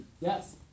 Yes